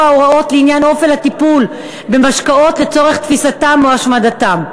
ההוראות לעניין אופן הטיפול במשקאות לצורך תפיסתם או השמדתם.